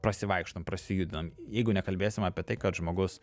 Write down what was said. pasivaikštom prasijudinam jeigu nekalbėsim apie tai kad žmogus